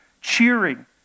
cheering